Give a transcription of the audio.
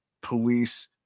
police